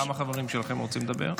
כמה חברים שלכם רוצים לדבר?